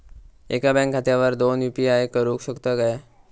एका बँक खात्यावर दोन यू.पी.आय करुक शकतय काय?